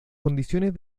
condiciones